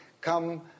come